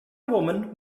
woman